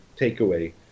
takeaway